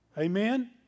Amen